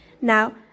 Now